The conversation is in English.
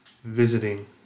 visiting